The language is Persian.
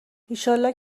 ایشالله